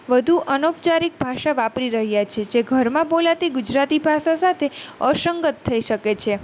વધુ અનૌપચારીક ભાષા વાપરી રહ્યાં છે જે ઘરમાં બોલાતી ગુજરાતી ભાષા સાથે અસંગત થઈ શકે છે